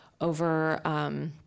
over